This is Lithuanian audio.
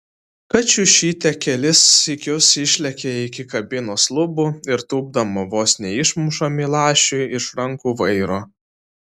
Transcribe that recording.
kačiušytė kelis sykius išlekia iki kabinos lubų ir tūpdama vos neišmuša milašiui iš rankų vairo